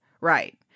Right